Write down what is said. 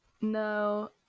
No